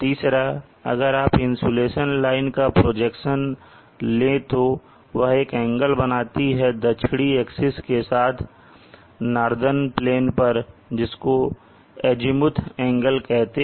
तीसरा अगर आप इंसुलेशन लाइन का प्रोजेक्शन ले तो वह एक एंगल बनाती है दक्षिणी एक्सिस के साथ नार्दन प्लेन पर जिसको एजीमूथ एंगल कहते हैं